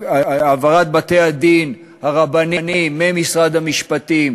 העברת בתי-הדין הרבניים ממשרד המשפטים